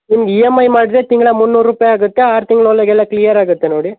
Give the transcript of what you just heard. ನಿಮ್ಗೆ E M I ಮಾಡ್ದ್ರೆ ತಿಂಗ್ಳಾ ಮುನ್ನೂರು ರೂಪಾಯಿ ಆಗುತ್ತೆ ಆರು ತಿಂಗ್ಳ ಒಳಗೆಲ್ಲ ಕ್ಲಿಯರ್ ಆಗುತ್ತೆ ನೋಡಿ